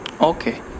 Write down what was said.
okay